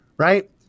Right